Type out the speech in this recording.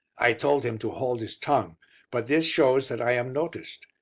i told him to hold his tongue but this shows that i am noticed.